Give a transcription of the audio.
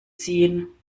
ziehen